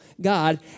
God